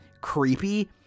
creepy